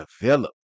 develop